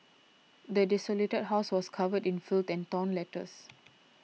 the desolated house was covered in filth and torn letters